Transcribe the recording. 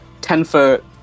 ten-foot